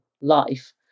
life